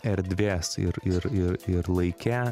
erdvės ir ir ir ir laike